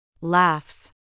laughs